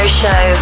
show